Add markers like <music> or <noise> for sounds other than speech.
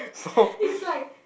<breath> he's like